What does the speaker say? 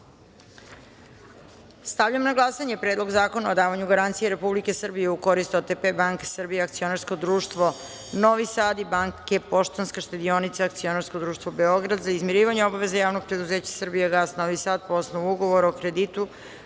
celini. Stavljam na glasanje Predlog zakona o davanju garancije Republike Srbije u korist OTP banke Srbija akcionarsko društvo Novi Sad i Banke Poštanska štedionica akcionarsko društvo Beograd za izmirivanje obaveza Javnog preduzeća „Srbijagas" Novi Sad, po osnovu ugovora o kreditu